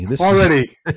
Already